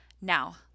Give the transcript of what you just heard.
Now